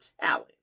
talent